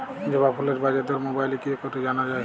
জবা ফুলের বাজার দর মোবাইলে কি করে জানা যায়?